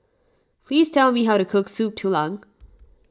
please tell me how to cook Soup Tulang